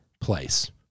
place